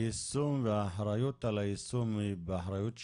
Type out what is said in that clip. האחריות על היישום היא באחריות שלהם,